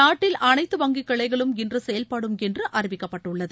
நாட்டில் அனைத்து வங்கி கிளைகளும் இன்று செயல்படும் என்று அறிவிக்கப்பட்டுள்ளது